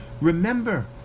remember